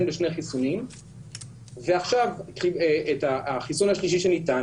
בשני חיסונים ועכשיו החיסון השלישי שניתן,